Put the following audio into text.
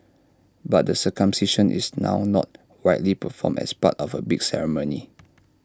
but the circumcision is now not widely performed as part of A big ceremony